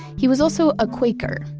he was also a quaker,